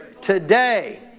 Today